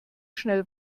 schnell